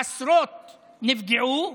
עשרות נפגעו,